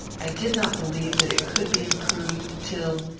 i did not believe that it could be improved, till,